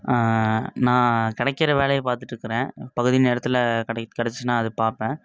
நான் கிடைக்கிற வேலையை பாத்துட்ருக்கிறேன் பகுதி நேரத்தில் கெடைச்சிச்சின்னா அது பார்ப்பேன்